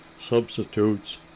substitutes